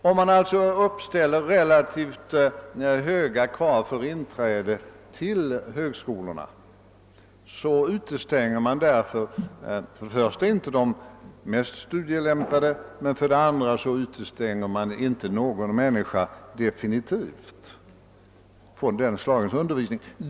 Om man alltså uppställer relativt höga krav för inträde i högskolorna utestänger man för det första inte de mest studielämpade och för det andra inte någon människa definitivt från det slaget av undervisning.